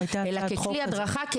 אלא ככלי הדרכה,